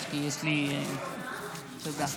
תודה.